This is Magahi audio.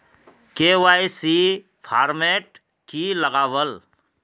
के.वाई.सी फॉर्मेट की लगावल?